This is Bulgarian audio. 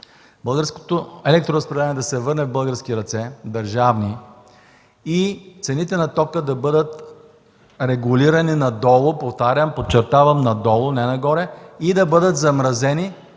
българското електроразпределение да се върне в български държавни ръце и цените на тока да бъдат регулирани надолу, подчертавам – надолу, не нагоре, и да бъдат замразени